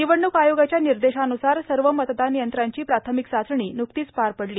निवडणूक आयोगाच्या निर्देशान्सार सर्व मतदान यंत्रांची प्राथमिक चाचणी नुकतीच पार पडली